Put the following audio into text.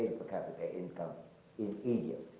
per capita income in egypt,